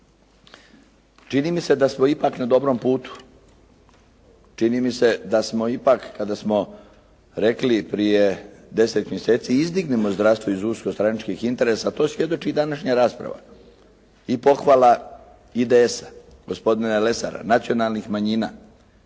Čini mi se da smo ipak na dobrom putu. Čini mi se da smo ipak, kada smo rekli prije 10 mjeseci izdignimo zdravstvo iz usko stranačkih interesa. To svjedoči i današnja rasprava i pohvala IDS-a, gospodina Lesara, nacionalnih manjina,